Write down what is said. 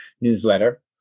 newsletter